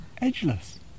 edgeless